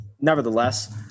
nevertheless